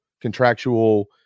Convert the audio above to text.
contractual